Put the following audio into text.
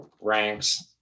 ranks